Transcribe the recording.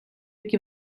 які